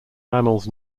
mammals